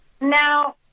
Now